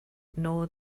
nor